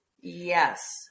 Yes